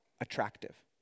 attractive